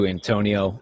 Antonio